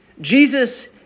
Jesus